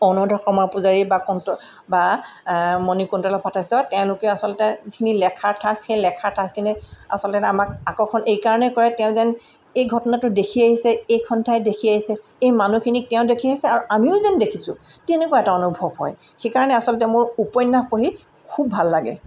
অনুৰাধা শৰ্মা পূজাৰী বা কণ্ট বা মণিকুন্তলা ভট্টাচাৰ্য্য় তেওঁলোকে আচলতে যিখিনি লেখাৰ ঠাঁচ সেই লেখাৰ ঠাঁচখিনি আচলতে আমাক আকৰ্ষণ এইকাৰণেই কৰে তেওঁ যেন এই ঘটনাটো দেখি আহিছে এইখন ঠাইত দেখি আহিছে এই মানুহখিনিক তেওঁ দেখি আহিছে আৰু আমিও যেন দেখিছোঁ তেনেকুৱা এটা অনুভৱ হয় সেইকাৰণে আচলতে মোৰ উপন্যাস পঢ়ি খুব ভাল লাগে